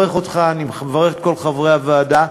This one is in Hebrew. אני מברך אותך, אני מברך את כל חברי הוועדה,